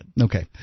Okay